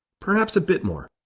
perhaps a bit more,